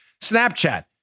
Snapchat